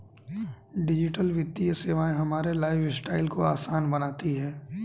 digital वित्तीय सेवाएं हमारे लाइफस्टाइल को आसान बनाती हैं